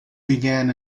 began